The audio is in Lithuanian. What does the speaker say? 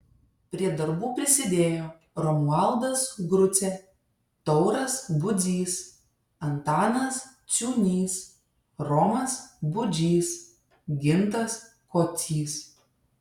prie darbų prisidėjo romualdas grucė tauras budzys antanas ciūnys romas budžys gintas kocys